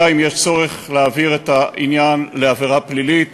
אם יש צורך להעביר את העניין לעבירה פלילית